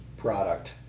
product